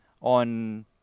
on